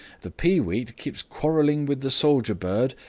the peeweet keeps quarrelling with the soldier bird,